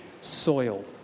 soil